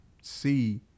see